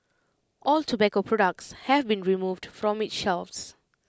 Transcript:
all tobacco products have been removed from its shelves